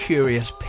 Curious